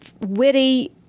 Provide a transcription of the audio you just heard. witty